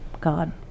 God